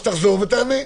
אז תחזור ותענה.